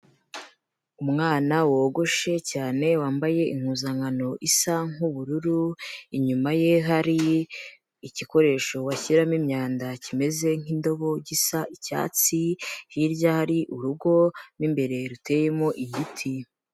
Umwana wogoshe cyane wambaye impuzankano isa nk'ubururu, inyuma ye hari igikoresho washyiramo imyanda kimeze nk'inkindobo gisa icyatsi, hirya hari urugo mu imbere ruteyemo igiti.